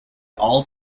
all